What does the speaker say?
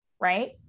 right